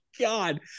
god